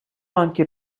anche